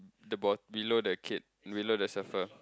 the boy below the kid below the surfer